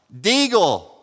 Deagle